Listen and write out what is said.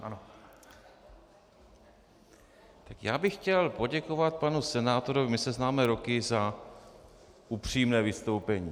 Tak já bych chtěl poděkovat panu senátorovi, my se známe roky, za upřímné vystoupení.